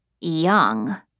young